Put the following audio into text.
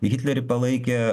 hitlerį palaikė